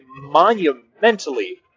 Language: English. monumentally